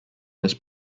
this